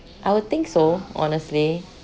I would think so honestly